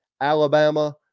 Alabama